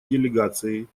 делегацией